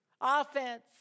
offense